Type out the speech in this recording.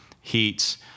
heats